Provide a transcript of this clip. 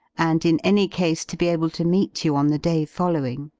and in any case to be able to meet you on the day following.